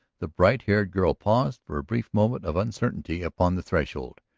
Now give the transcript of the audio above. the bright-haired girl paused for a brief moment of uncertainty upon the threshold,